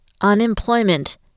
unemployment